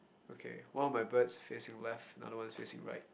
okay one of my birds facing left the other ones facing right